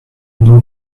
thou